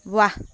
ৱাহ